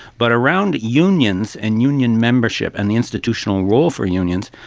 but around unions and union membership and the institutional role for unions,